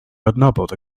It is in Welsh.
adnabod